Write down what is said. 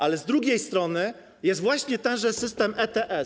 Ale z drugiej strony jest właśnie tenże system ETS.